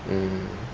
mm